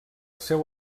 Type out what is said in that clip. seu